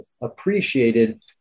appreciated